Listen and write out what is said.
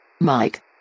Mike